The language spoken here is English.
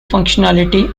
functionality